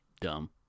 Dumb